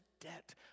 debt